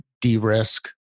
de-risk